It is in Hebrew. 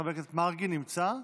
חבר הכנסת מרגי נמצא?